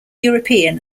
european